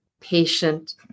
patient